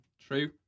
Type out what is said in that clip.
True